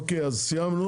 אוקי אז סיימנו,